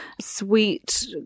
sweet